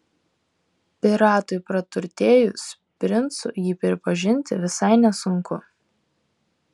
piratui praturtėjus princu jį pripažinti visai nesunku